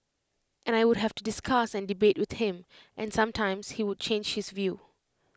and I would have to discuss and debate with him and sometimes he would change his view